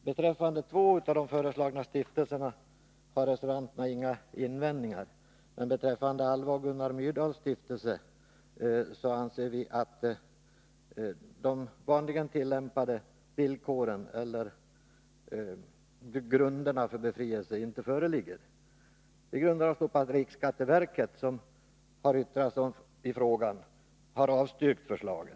Beträffande två av de föreslagna stiftelserna har reservanterna inga invändningar, men beträffande Alva och Gunnar Myrdals stiftelse anser vi att de vanligen tillämpade grunderna för skattebefrielse inte föreligger. Vi grundar vår uppfattning på att riksskatteverket, som har yttrat sig i frågan, har avstyrkt förslaget.